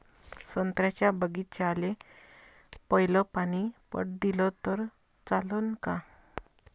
संत्र्याच्या बागीचाले पयलं पानी पट दिलं त चालन का?